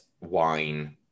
wine